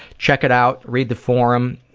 check it out. read the forum.